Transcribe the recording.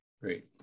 Great